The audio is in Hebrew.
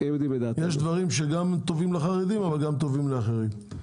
יש דברים שטובים גם לחרדים, אבל טובים גם לאחרים.